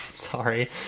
Sorry